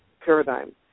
paradigm